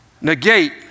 negate